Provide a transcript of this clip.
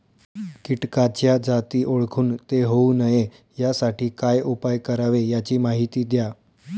किटकाच्या जाती ओळखून ते होऊ नये यासाठी काय उपाय करावे याची माहिती द्या